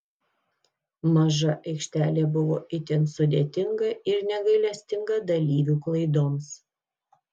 maža aikštelė buvo itin sudėtinga ir negailestinga dalyvių klaidoms